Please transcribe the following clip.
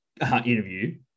interview